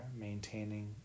maintaining